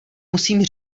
musím